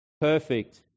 perfect